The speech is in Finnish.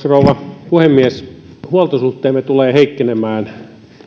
rouva puhemies huoltosuhteemme tulee heikkenemään